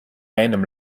meinem